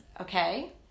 okay